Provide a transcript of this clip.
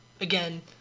again